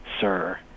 sir